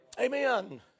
Amen